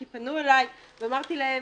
כי פנו אליי ואמרתי להם,